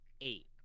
eight